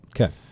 okay